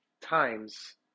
times